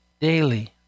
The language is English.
daily